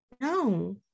no